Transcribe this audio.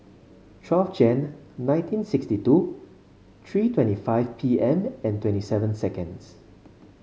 twelve Jan nineteen sixty two three twenty five P M and twenty seven seconds